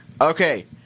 okay